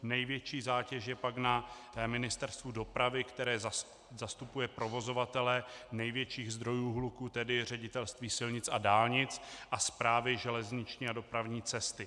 Největší zátěž je pak na Ministerstvu dopravy, které zastupuje provozovatele největších zdrojů hluku, tedy Ředitelství silnic a dálnic a Správy železniční dopravní cesty.